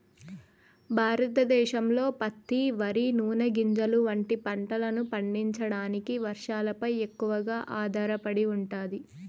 భారతదేశంలో పత్తి, వరి, నూనె గింజలు వంటి పంటలను పండించడానికి వర్షాలపై ఎక్కువగా ఆధారపడి ఉంటాది